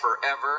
forever